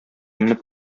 менеп